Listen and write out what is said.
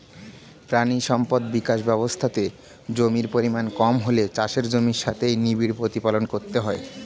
প্রাণী সম্পদ বিকাশ ব্যবস্থাতে জমির পরিমাণ কম হলে চাষের জমির সাথেই নিবিড় প্রতিপালন করতে হয়